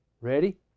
ready